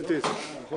הישיבה